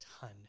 ton